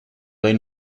dai